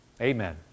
Amen